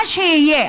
מה שיהיה,